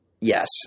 yes